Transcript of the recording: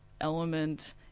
element